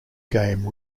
game